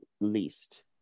least